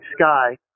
sky